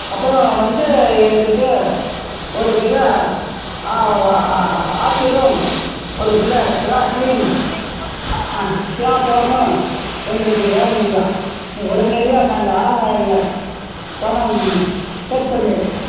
அப்புறம் வந்து எங்களுக்கு ஒரு கிலோ ஆப்பிளும் ஒரு கிலோ திராட்சையும் ஆ ஆ பலா பழமும் எங்களுக்கு வேணுங்கய்யா நீ உடனடியா இந்த ஆன்லைனில் பணம் செட் பண்ணிடறோம்